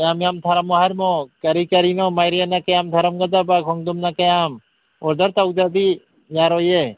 ꯀꯌꯥꯝ ꯌꯥꯝ ꯊꯥꯔꯝꯃꯣ ꯍꯥꯏꯔꯤꯃꯣ ꯀꯔꯤ ꯀꯔꯤꯅꯣ ꯃꯥꯏꯔꯦꯟꯅ ꯀꯌꯥꯝ ꯊꯥꯔꯝꯒꯗꯕ ꯈꯣꯡꯗ꯭ꯔꯨꯝꯅ ꯀꯌꯥꯝ ꯑꯣꯗꯔ ꯇꯧꯗ꯭ꯔꯗꯤ ꯌꯥꯔꯣꯏꯌꯦ